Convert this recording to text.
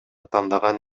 тандаган